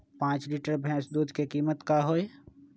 पाँच लीटर भेस दूध के कीमत का होई?